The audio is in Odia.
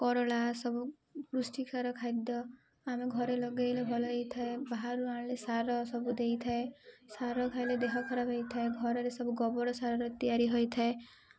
କଲରା ସବୁ ପୁଷ୍ଟିକର ଖାଦ୍ୟ ଆମେ ଘରେ ଲଗେଇଲେ ଭଲ ହେଇଥାଏ ବାହାରୁ ଆଣିଲେ ସାର ସବୁ ଦେଇଥାଏ ସାର ଖାଇଲେ ଦେହ ଖରାପ ହେଇଥାଏ ଘରରେ ସବୁ ଗୋବର ସାରରେ ତିଆରି ହୋଇଥାଏ